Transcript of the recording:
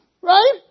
Right